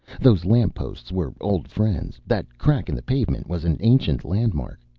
those lampposts were old friends, that crack in the pavement was an ancient landmark.